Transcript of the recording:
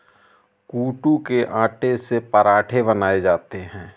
कूटू के आटे से पराठे बनाये जाते है